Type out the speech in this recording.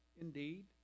indeed